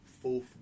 fourth